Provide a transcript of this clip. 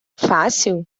fácil